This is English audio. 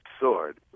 sword